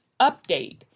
update